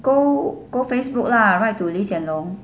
go go Facebook lah write to lee hsien loong